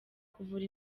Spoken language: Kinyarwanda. kuvura